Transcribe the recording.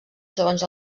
segons